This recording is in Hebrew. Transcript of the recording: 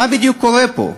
מה בדיוק קורה פה?